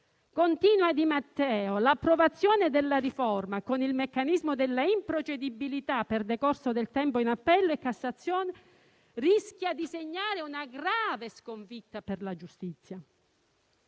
Matteo dice che l'approvazione della riforma con il meccanismo della improcedibilità per decorso del tempo in appello e Cassazione rischia di segnare una grave sconfitta per la giustizia,